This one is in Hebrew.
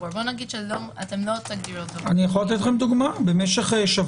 אני מבקש מכם בכתב את